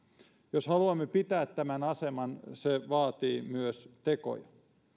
jos haluamme pitää tämän aseman se vaatii myös tekoja